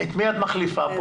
מי נמנע?